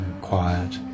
quiet